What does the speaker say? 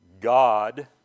God